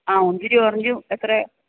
ആ മുന്തിരിയും ഓറഞ്ചും എത്രയേ